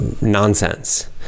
nonsense